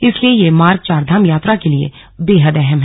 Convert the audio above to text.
इसलिए यह मार्ग चारधाम यात्रा के लिए बेहद अहम है